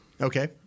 Okay